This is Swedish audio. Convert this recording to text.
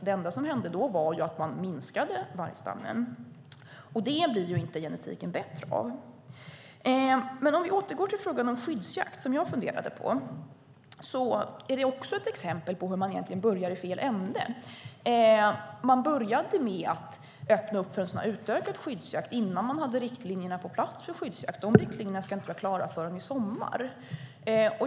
Det enda som hände då var att man minskade vargstammen, och det blir inte genetiken bättre av. Om vi återgår till frågan om skyddsjakt som jag funderade på är det också ett exempel på hur man egentligen börjar i fel ände. Man började med att öppna upp för en utökad skyddsjakt innan man hade riktlinjerna för skyddsjakt på plats. De riktlinjerna ska inte vara klara förrän i sommar.